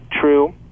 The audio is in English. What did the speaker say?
true